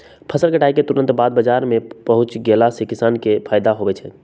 फसल कटाई के तुरत बाद बाजार में पहुच गेला से किसान के फायदा होई छई